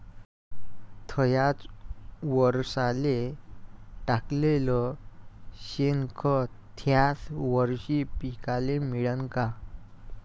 थ्याच वरसाले टाकलेलं शेनखत थ्याच वरशी पिकाले मिळन का?